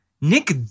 Nick